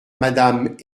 madame